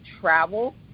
travel